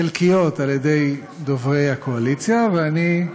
חלקיות, על-ידי דוברי הקואליציה, ואני,